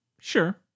Sure